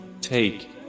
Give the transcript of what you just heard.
take